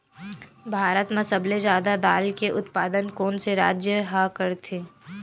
भारत मा सबले जादा दाल के उत्पादन कोन से राज्य हा करथे?